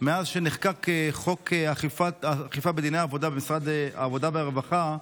מאז נחקק חוק אכיפה בדיני עבודה במשרד העבודה והרווחה,